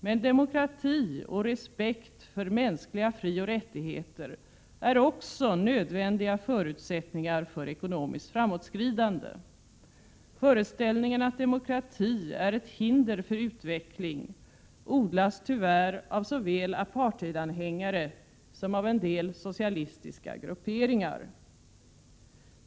Men demokrati och respekt för mänskliga frioch rättigheter är också nödvändiga förutsättningar för ekonomiskt framåtskridande. Föreställningen att demokrati är ett hinder för utveckling odlas tyvärr av såväl apartheidanhängare som av en del socialistiska grupperingar.